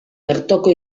bertoko